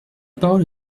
parole